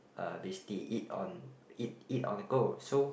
uh basically eat on eat eat on the go so